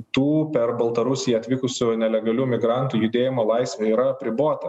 tų per baltarusiją atvykusių nelegalių migrantų judėjimo laisvė yra apribota